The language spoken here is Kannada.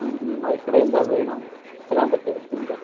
ಹ್ಞೂ ಹ್ಞೂ ಈ ವೇಣು ಏನಾಗ ಬೇಕಾಗಿತ್ತು ನಿಮಗೆ